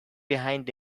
behind